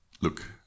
look